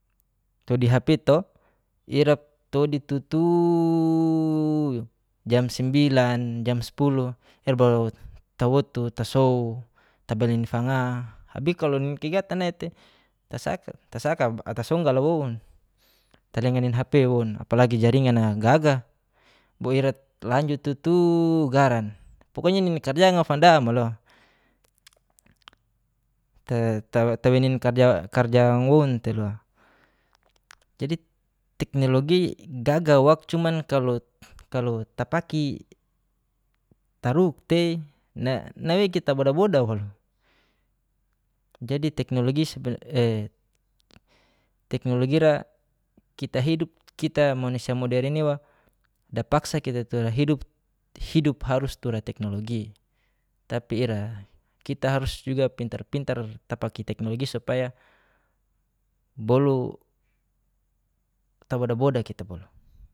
Todi hp i'to ira todi tutuuuuuuu jam sambilan jam spuluh ira baru tawotu tasou tabail nini fanga, tapi kalo nini kegiatan naitei tasaka ata tasaka ata a songgal a woun, telanga nini hp woun, apalagi jaringan na gaga bo ira lanjut tutuuuuu garan `pokonya nini karjang a fanda mo lo tawei nini karjang karjang woun telua, jadi teknologi gaga wak cuman kalo kalo tapaki taruk tei na na nawei kita boda boda waluk, jadi teknologi teknologi ira kita hidup kita manusia moderen iwa dapaksa kita tura hidup, hidup harus tura teknologi. tapi ira, kita harus juga pintar-pintar tapaki teknologi supaya, boluk taboda boda kita boluk.